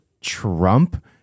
Trump